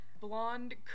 Blonde